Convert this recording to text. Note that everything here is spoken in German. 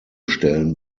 stellen